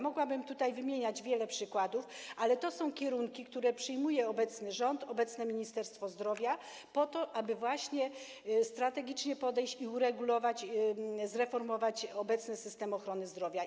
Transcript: Mogłabym tutaj wymieniać wiele przykładów, ale to są kierunki, które przyjmuje obecny rząd, obecne Ministerstwo Zdrowia, po to, aby właśnie strategicznie podejść i uregulować, zreformować obecny system ochrony zdrowia.